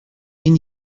این